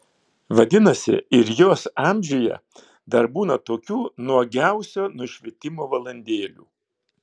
vadinasi ir jos amžiuje dar būna tokių nuogiausio nušvitimo valandėlių